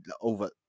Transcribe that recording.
over